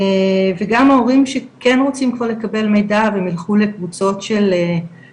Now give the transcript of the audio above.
וגם ההורים שכן רוצים כבר לקבל מידע והם יילכו לקבוצות תמיכה